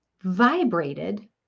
vibrated